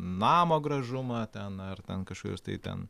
namo gražumą ten ar ten kažkokius tai ten